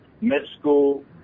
mid-school